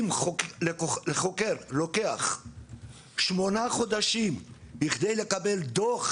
אם לחוקר לוקח שמונה חודשים בכדי לקבל דוח